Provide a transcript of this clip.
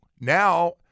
now